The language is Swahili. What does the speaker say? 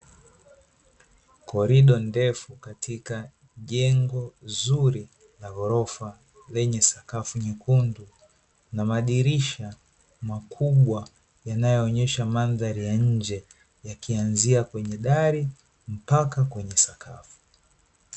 Korido ndefu katika jengo zuri la ghorofa, lenye sakafu nyekundu na madirisha, makubwa yanayoonyesha mandhari ya nje yakianzia kwenye dari mpaka kwenye sakafu.